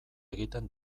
egiten